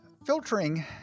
Filtering